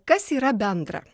kas yra bendra